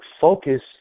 focus